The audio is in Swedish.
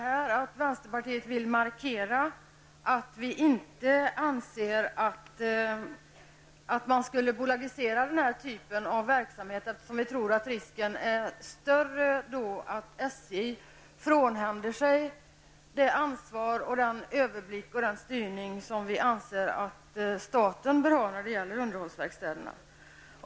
Här vill vänsterpartiet specifikt markera sin uppfattning att man inte skall bolagisera den här typen av verksamhet. Om det sker tror vi att risken är stor för att SJ frånhänder sig det ansvar, den överblick och den styrning som vi anser att staten bör ha för underhållsverkstäderna.